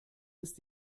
ist